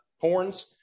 horns –